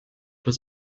was